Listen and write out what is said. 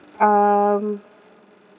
um